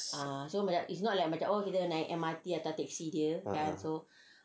a'ah